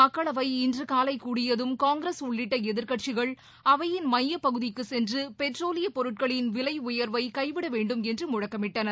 மக்களவை இன்று காலை கூடியதும் காங்கிரஸ் உள்ளிட்ட எதிர்க்கட்சிகள் அவையின் மையப்பகுதிக்கு சென்று பெட்ரோலியப் பொருட்களின் விலை உயர்வை கைவிட வேண்டும் என்று முழக்கமிட்டனர்